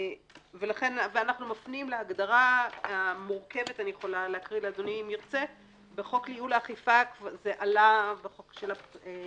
אנחנו מפנים להגדרה המורכבת בחוק לייעול האכיפה זה עלה שם.